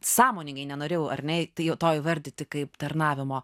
sąmoningai nenorėjau ar ne tai jau to įvardyti kaip tarnavimo